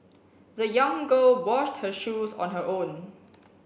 the young girl washed her shoes on her own